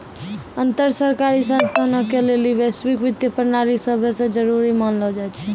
अन्तर सरकारी संस्थानो के लेली वैश्विक वित्तीय प्रणाली सभै से जरुरी मानलो जाय छै